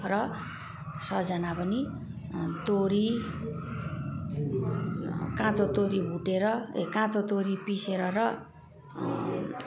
र सजना पनि तोरी काँचो तोरी भुटेर ए काँचो तोरी पिसेर र